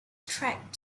track